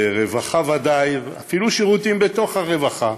ובוודאי ברווחה, אפילו שירותים בתוך הרווחה: